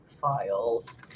files